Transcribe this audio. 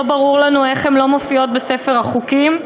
ברור לנו איך הן לא מופיעות בספר החוקים.